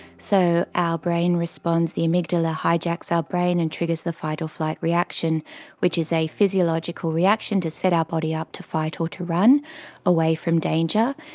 so our brain responds, the amygdala hijacks our brain and triggers the fight or flight reaction which is a physiological reaction to set our body up to fight or to run away from danger.